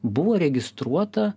buvo registruota